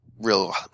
real